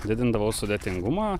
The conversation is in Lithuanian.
didindavau sudėtingumą